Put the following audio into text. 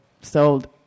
sold